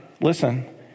listen